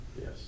Yes